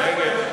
משרד הרווחה (הבטחת ביטחון תזונתי),